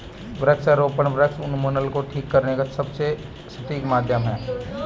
वृक्षारोपण वृक्ष उन्मूलन को ठीक करने का सबसे सटीक माध्यम है